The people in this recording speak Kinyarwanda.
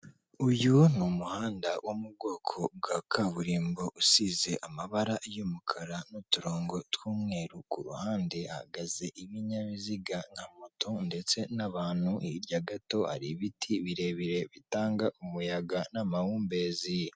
Uyu ni umuhanda wo mu bwoko bwa kaburimbo usize amabara y'umukara n'uturongo tw'umweru, ku ruhande hahagaze ibinyabiziga nka moto ndetse n'abantu, hirya gato hari ibiti birebire bitanga umuyaga n'amahumbezi.